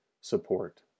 support